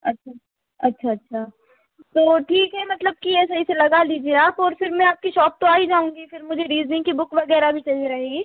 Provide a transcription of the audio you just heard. अच्छा अच्छा अच्छा तो ठीक है मतलब कि ये सही से लगा लीजिए आप और फिर मैं आपकी शॉप तो आ ही जाऊँगी फिर मुझे रीजनिंग की बुक वगैरह भी चाहिए रहेगी